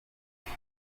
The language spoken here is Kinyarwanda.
ubwe